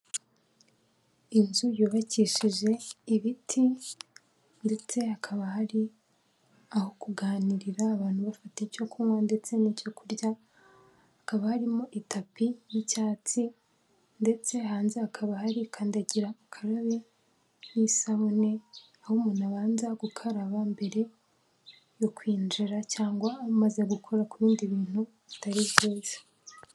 Inzu yubakishije ibiti ndetse hakaba hari aho kuganirira abantu bafata icyo kunywa ndetse n'ibyo kurya, hakaba harimo itapi n'icyatsi ndetse hanze hakaba hari kandagira ukarabe n'isabune, aho umuntu abanza gukaraba mbere yo kwinjira cyangwa amaze gukora ku bindi bintu bitari byinshi.